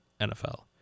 NFL